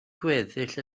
gweddill